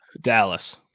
Dallas